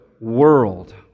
world